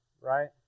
right